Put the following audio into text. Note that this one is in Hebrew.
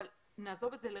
אבל נעזוב את זה לרגע,